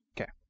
Okay